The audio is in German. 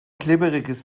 glibberiges